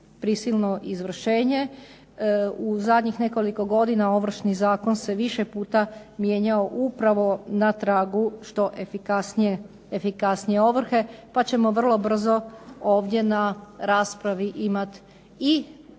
U zadnjih nekoliko godina Ovršni zakon se više puta mijenjao upravo na tragu što efikasnije ovrhe, pa ćemo vrlo brzo ovdje na raspravi imati i